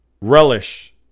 relish